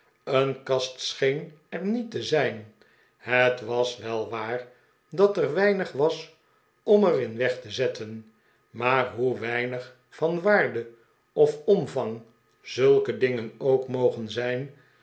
een kast scheen er niet te zijn het was wel waar dat er weinig was om er in weg te zetten maar hoe weinig van waarde of omvang zulke dingen ook mogen zijn